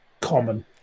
Common